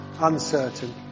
uncertain